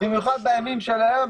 במיוחד בימים של היום,